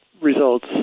results